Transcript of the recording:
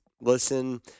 Listen